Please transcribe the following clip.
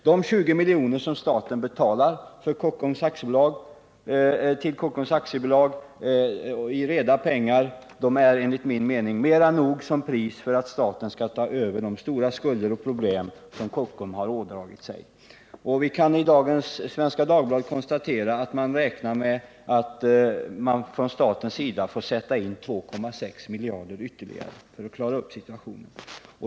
De 20 miljoner som staten betalar till Kockums AB i reda pengar är enligt min mening mer än nog som pris för att staten skall ta över de stora skulder och problem Kockums ådragit sig. Vi kan i dagens Svenska Dagbladet konstatera att man räknar med att staten får sätta till ytterligare 2,6 miljarder för att klara upp situationen.